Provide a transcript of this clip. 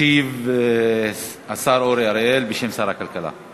ישיב השר אורי אריאל בשם שר הכלכלה.